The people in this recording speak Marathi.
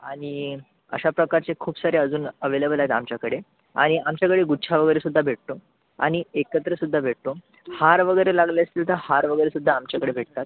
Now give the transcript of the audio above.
आणि अशा प्रकारचे खूप सारे अजून अवेलेबल आहेत आमच्याकडे आणि आमच्याकडे गुच्छ वगैरे सुद्धा भेटतो आणि एकत्रसुद्धा भेटतो हार वगैरे लागले असतील तर हार वगैरे सुद्धा आमच्याकडे भेटतात